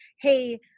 Hey